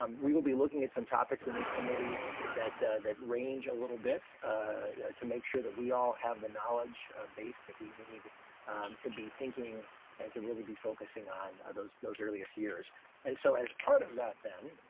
um we'll be looking at some topics in this committee that that range a little bit to make sure that we all have the knowledge ah base that we need to be thinking and to really be focusing on ah those those earliest years and so as part of that them,